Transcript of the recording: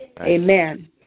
Amen